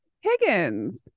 Higgins